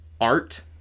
art